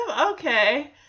Okay